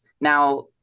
now